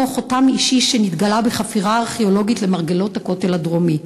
חותם אישי שנתגלה בחפירה ארכיאולוגית למרגלות הכותל הדרומי.